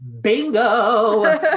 Bingo